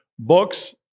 books